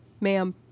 ma'am